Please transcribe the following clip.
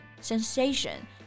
Sensation